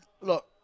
look